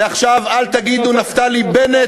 מעכשיו אל תגידו: נפתלי בנט.